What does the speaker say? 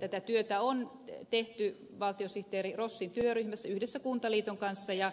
tätä työtä on tehty valtiosihteeri rossin työryhmässä yhdessä kuntaliiton kanssa ja